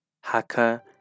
hacker